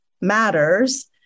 matters